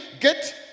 get